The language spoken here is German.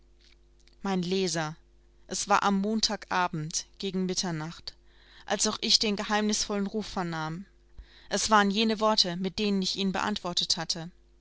mein leser es war am montag abend gegen mitternacht als auch ich den geheimnisvollen ruf vernahm es waren jene worte mit denen ich ihn beantwortet hatte